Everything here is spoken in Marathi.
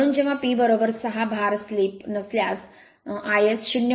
म्हणून जेव्हा P 6 भार स्लिप नसल्यास iS ०